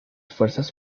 fuerzas